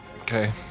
Okay